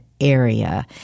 area